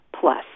plus